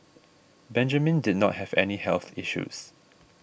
Benjamin did not have any health issues